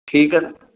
ਠੀਕ ਹੈ